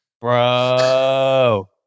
Bro